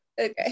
okay